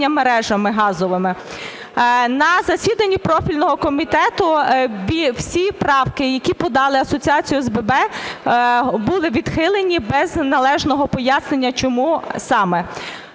На засіданні профільного комітету всі правки, які подані Асоціацією ОСББ, були відхилені без належного пояснення, чому саме.